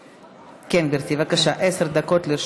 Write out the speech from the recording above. כן, גברתי, בבקשה, עשר דקות לרשותך.